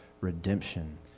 redemption